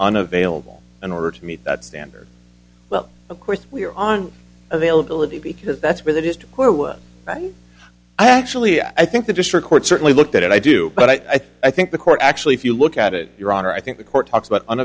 unavailable in order to meet that standard well of course we're on availability because that's where that is to court but i actually i think the district court certainly looked at it i do but i think the court actually if you look at it your honor i think the court talks about